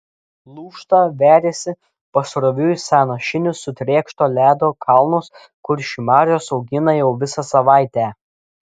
lūžta veriasi pasroviui sąnašinius sutrėkšto ledo kalnus kuršių marios augina jau visą savaitę